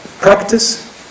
practice